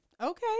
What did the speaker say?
okay